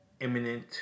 imminent